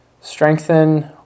strengthen